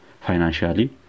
financially